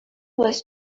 was